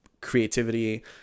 creativity